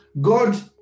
God